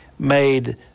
made